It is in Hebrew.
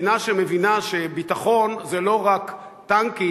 מדינה שמבינה שביטחון זה לא רק טנקים,